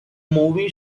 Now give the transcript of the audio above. movie